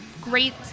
great